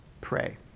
pray